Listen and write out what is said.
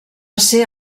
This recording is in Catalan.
ser